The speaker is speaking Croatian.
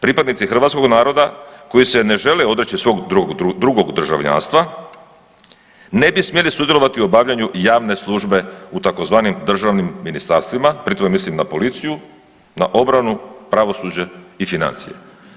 Pripadnici hrvatskog naroda koji se ne žele odreći svog drugog državljanstva ne bi smjeli sudjelovati u obavljanju javne službe u tzv. državnim ministarstvima, pri tome mislim na policiju, na obranu, pravosuđe i financije.